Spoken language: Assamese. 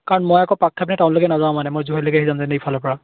কাৰণ মই আকৌ টাউনলৈকে নাযাওঁ মানে মই জুইহাললৈকে আহি যাম এইফালৰ পৰা